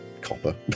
copper